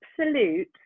absolute